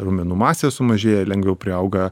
raumenų masė sumažėja lengviau priauga